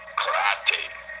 karate